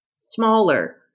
Smaller